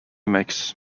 makes